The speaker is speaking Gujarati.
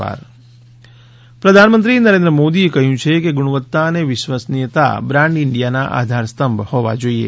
પ્રધાનમંત્રી પ્રધાનમંત્રી નરેન્દ્ર મોદીએ કહ્યું છે કે ગુણવત્તા અને વિશ્વસનિયતા બ્રાન્ડ ઇન્ડિયાના આધારસ્તંભ હોવા જોઇએ